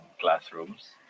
classrooms